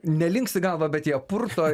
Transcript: nelinksi galva bet jie purto